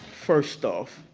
first off,